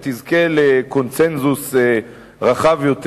ותזכה לקונסנזוס רחב יותר.